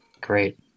Great